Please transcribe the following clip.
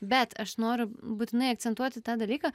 bet aš noriu būtinai akcentuoti tą dalyką